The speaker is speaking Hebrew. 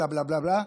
בלה בלה בלה בלה,